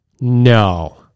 No